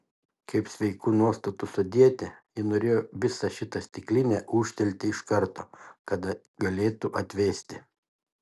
kaip sveikų nuostatų sodietė ji norėjo visą šitą stiklinę ūžtelėti iš karto kad galėtų atvėsti